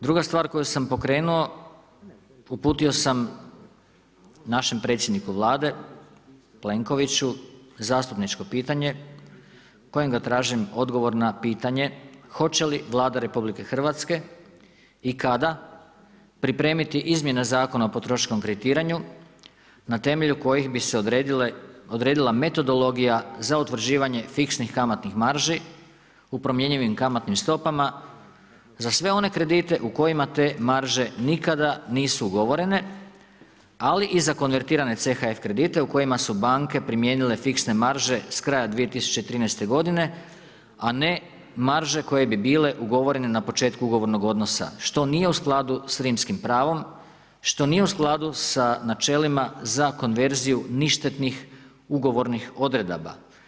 Druga stvar koju sam pokrenuo, uputio sam našem predsjedniku Vlade Plenkoviću, zastupničko pitanje kojim ga tražim odgovor na pitanje hoće li Vlada RH i kada pripremiti izmjene Zakona o potrošačkom kreditiranju na temelju kojih bi se odredila metodologija za utvrđivanje fiksnih kamatnih marži u promjenjivim kamatnim stopama za sve one kredite u kojima te marže nikada nisu ugovorene ali i za konvertirane CHF kredite u kojima su banke primijenile fiksne marže s kraja 2013. godine a ne marže koje bi bile ugovorene na početku ugovornog odnosa što nije u skladu s Rimskim pravom, što nije u skladu sa načelima za konverziju ništetnih ugovornih odredaba.